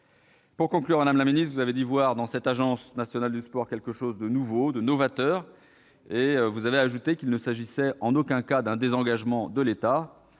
Pour conclure, madame la ministre, vous avez dit voir dans cette Agence nationale du sport « quelque chose de nouveau et de novateur » et vous avez ajouté qu'il ne s'agissait en aucun cas d'un désengagement de l'État.